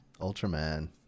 Ultraman